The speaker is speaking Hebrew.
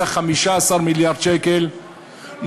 בסך 15 מיליארד שקל,